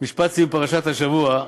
משפט סיום, פרשת השבוע,